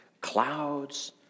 Clouds